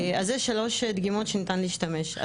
אז זה שלוש דגימות שניתן להשתמש.